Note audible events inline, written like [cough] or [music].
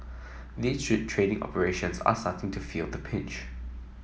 these [unintelligible] trading operations are starting to feel the pinch